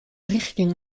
richting